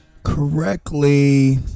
Correctly